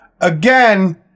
Again